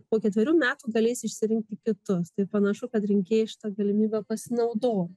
po ketverių metų galės išsirinkti kitus tai panašu kad rinkėjai šita galimybe pasinaudojo